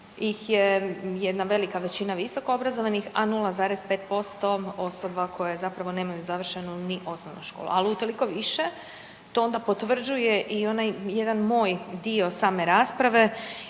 ih je jedna velika većina visokoobrazovanih, a 0,5% osoba koje zapravo nemaju završenu ni osnovnu školu. Al utoliko više, to onda potvrđuje i onaj jedan moj dio same rasprave